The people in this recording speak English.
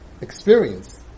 experience